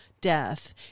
death